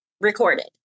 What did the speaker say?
recorded